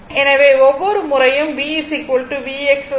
எனவே ஒவ்வொரு முறையும் v v x j Vy ஆகும்